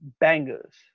Bangers